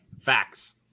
facts